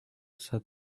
said